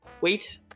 wait